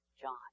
John